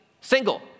single